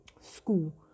school